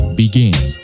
begins